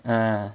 uh